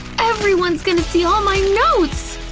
everyone's going to see all my notes!